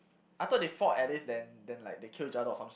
I thought they fought Alice then then like they killed each other or some s~